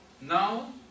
Now